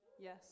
Yes